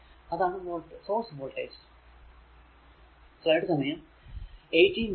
അതാണ് source voltage